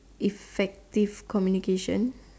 effective communication